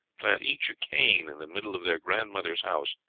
plant each a cane in the middle of their grandmother's house,